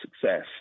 success